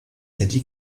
cette